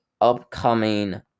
upcoming